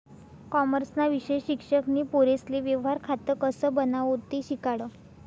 कॉमर्सना विषय शिक्षक नी पोरेसले व्यवहार खातं कसं बनावो ते शिकाडं